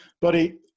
Buddy